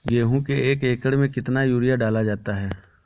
गेहूँ के एक एकड़ में कितना यूरिया डाला जाता है?